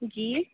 जी